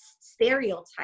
stereotype